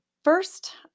First